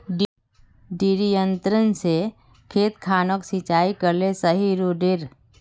डिरिपयंऋ से खेत खानोक सिंचाई करले सही रोडेर?